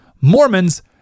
Mormons